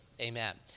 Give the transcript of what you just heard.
amen